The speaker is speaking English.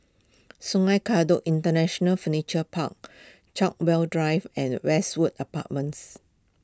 Sungei Kadut International Furniture Park Chartwell Drive and Westwood Apartments